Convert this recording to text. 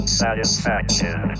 satisfaction